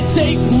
take